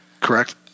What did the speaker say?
Correct